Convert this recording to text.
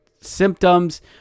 symptoms